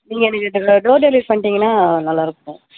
நீங்கள் எனக்கு இதெல்லாம் டோர் டெலிவரி பண்ணிட்டிங்கன்னா நல்லாயிருக்கும்